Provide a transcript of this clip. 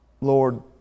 Lord